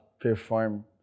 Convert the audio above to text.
perform